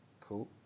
Cool